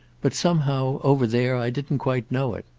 but somehow over there i didn't quite know it.